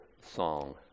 song